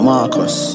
Marcus